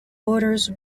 borders